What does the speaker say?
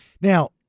Now